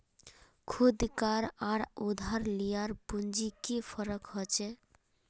खुद कार आर उधार लियार पुंजित की फरक होचे?